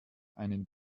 einen